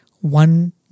one